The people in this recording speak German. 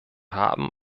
haben